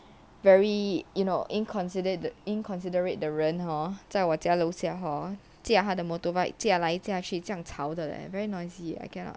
very you know inconsiderate the inconsiderate the rent hor 在我家楼下 hor 既然他的 motorbike 借来借去酱炒的 leh very noisy I cannot